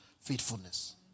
faithfulness